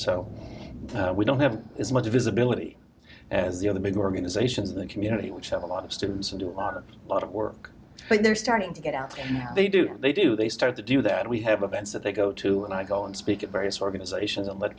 so we don't have as much visibility as the other big organizations in the community which have a lot of students who are a lot of work but they're starting to get out they do they do they start to do that we have a bench that they go to and i go and speak at various organizations and let